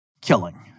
killing